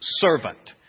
servant